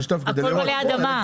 הכול מלא אדמה.